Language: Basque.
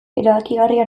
erabakigarria